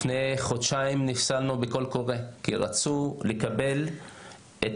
לפני חודשיים נפסלנו בקול קורא כי רצו לקבל את